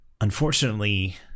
Unfortunately